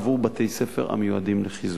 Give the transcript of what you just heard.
עבור בתי-ספר המיועדים לחיזוק.